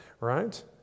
right